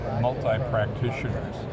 multi-practitioners